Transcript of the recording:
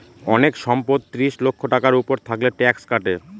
অনেক সম্পদ ত্রিশ লক্ষ টাকার উপর থাকলে ট্যাক্স কাটে